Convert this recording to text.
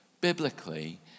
Biblically